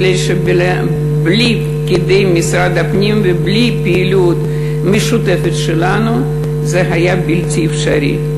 כי בלי פקידי משרד הפנים ובלי הפעילות המשותפת שלנו זה היה בלתי אפשרי.